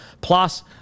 plus